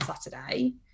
Saturday